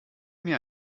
mir